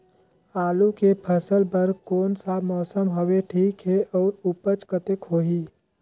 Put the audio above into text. आलू के फसल बर कोन सा मौसम हवे ठीक हे अउर ऊपज कतेक होही?